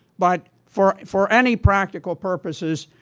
but for for any practical purposes,